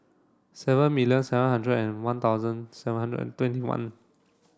seven million seven hundred and one thousand seven hundred and twenty one